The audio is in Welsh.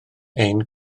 ein